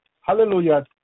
Hallelujah